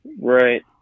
right